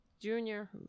Junior